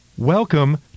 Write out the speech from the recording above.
Welcome